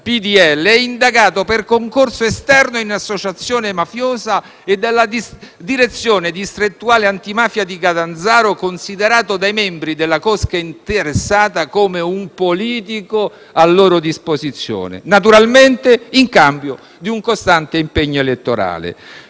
nel PDL e indagato per concorso esterno in associazione mafiosa e dalla Direzione distrettuale antimafia di Catanzaro, considerato dai membri della cosca interessata come un politico a loro disposizione, in cambio - naturalmente - di un costante impegno elettorale.